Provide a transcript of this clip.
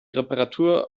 reparatur